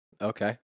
Okay